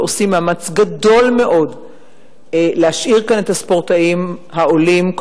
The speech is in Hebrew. ועושים מאמץ גדול מאוד להשאיר כאן את הספורטאים העולים,